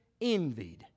envied